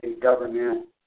Government